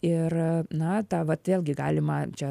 ir na tą vat vėlgi galima čia